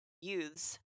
youths